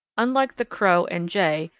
unlike the crow and jay,